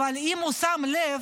אבל אם הוא שם לב,